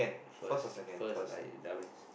first first lah you dumbass